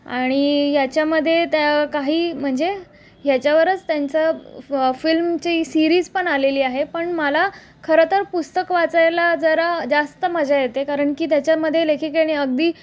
आणि याच्यामध्ये त्या काही म्हणजे ह्याच्यावरच त्यांचं फ फिल्मची सिरीज पण आलेली आहे पण मला खरं तर पुस्तक वाचायला जरा जास्त मजा येते कारण की त्याच्यामध्ये लेखिकेनी अगदी